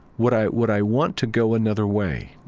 would i, would i want to go another way?